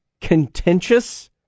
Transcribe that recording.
contentious